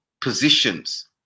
positions